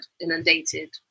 inundated